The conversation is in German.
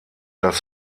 das